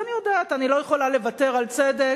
ואני יודעת, אני לא יכולה לוותר על צדק,